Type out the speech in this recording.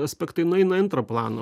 aspektai nueina į antrą planą